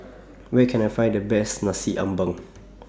Where Can I Find The Best Nasi Ambeng